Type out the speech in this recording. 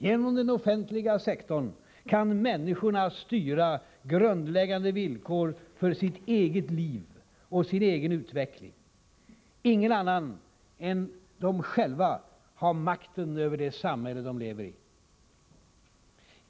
Genom den offentliga sektorn kan människorna styra grundläggande villkor för sitt eget liv och sin egen utveckling; ingen annan än de själva har makten över det samhälle de lever i.